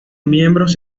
miembros